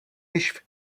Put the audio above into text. již